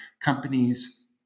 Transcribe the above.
companies